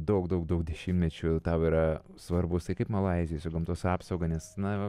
daug daug daug dešimtmečių tau yra svarbus tai kaip malaizijoj su gamtos apsauga nes na